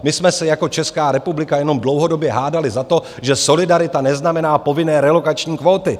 My jsme se jako Česká republika jenom dlouhodobě hádali za to, že solidarita neznamená povinné relokační kvóty.